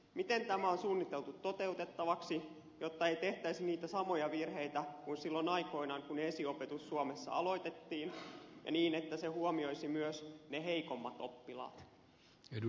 miten tämä on suunniteltu toteutettavaksi jotta ei tehtäisi niitä samoja virheitä kuin silloin aikoinaan kun esiopetus suomessa aloitettiin ja niin että se huomioisi myös ne heikommat oppilaat